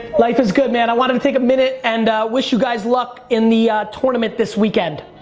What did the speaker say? life is good man, i wanted to take a minute and wish you guys luck in the tournament this weekend.